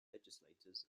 legislators